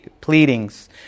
pleadings